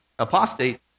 Apostate